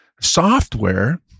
software